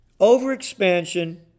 Overexpansion